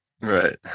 Right